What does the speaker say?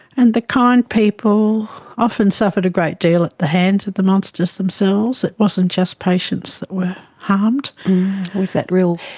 and the kind people often suffered a great deal at the hands of the monsters themselves, it wasn't just patients that were harmed. it was that real,